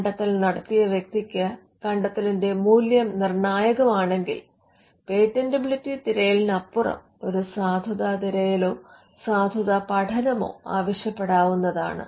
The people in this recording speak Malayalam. കണ്ടെത്തൽ നടത്തിയ വ്യക്തിക്ക് കണ്ടെത്തലിന്റെ മൂല്യം നിർണായകമാണെങ്കിൽ പേറ്റന്റബിലിറ്റി തിരയലിനപ്പുറം ഒരു സാധുതാ തിരയലോ സാധുതാ പഠനമോ ആവശ്യപ്പെടാവുന്നതാണ്